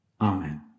Amen